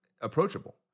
approachable